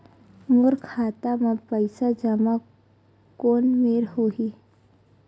मोर खाता मा पईसा जमा कोन मेर होही?